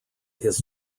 his